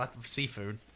seafood